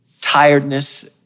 tiredness